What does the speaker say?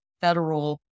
federal